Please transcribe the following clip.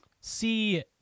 see